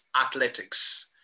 athletics